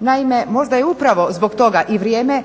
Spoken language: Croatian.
Naime, možda je upravo zbog toga i vrijeme